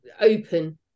open